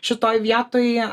šitoj vietoj